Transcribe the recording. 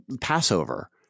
Passover